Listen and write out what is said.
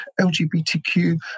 LGBTQ